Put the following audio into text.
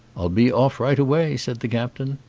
i'll be off right away, said the captain.